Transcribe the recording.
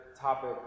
topic